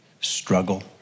struggle